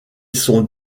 sont